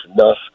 enough